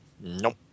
nope